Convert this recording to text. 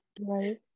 Right